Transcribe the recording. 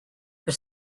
for